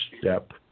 step